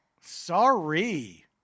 sorry